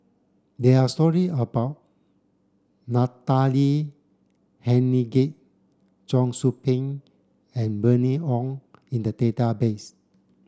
there are story about Natalie Hennedige Cheong Soo Pieng and Bernice Ong in the database